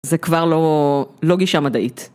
זה כבר לא גישה מדעית.